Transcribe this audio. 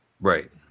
Right